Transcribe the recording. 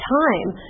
time